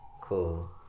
Cool